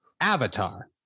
Avatar